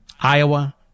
Iowa